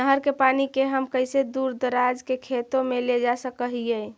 नहर के पानी के हम कैसे दुर दराज के खेतों में ले जा सक हिय?